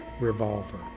revolver